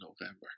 November